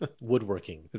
Woodworking